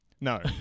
No